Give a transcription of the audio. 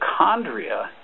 mitochondria